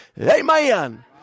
Amen